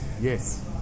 Yes